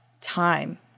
time